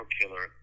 killer